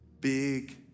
Big